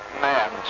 man